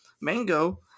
Mango